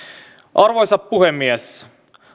arvoisa puhemies